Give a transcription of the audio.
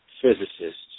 physicists